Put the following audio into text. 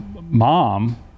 mom